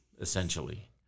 essentially